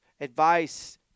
advice